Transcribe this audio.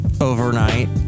overnight